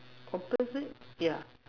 opposite yeah